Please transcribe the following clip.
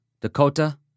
Dakota